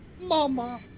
Mama